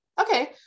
Okay